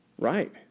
Right